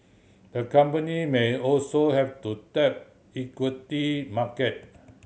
the company may also have to tap equity market